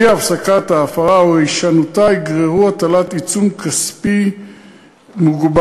אי-הפסקת ההפרה או הישנותה יגררו הטלת עיצום כספי מוגבר.